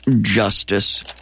justice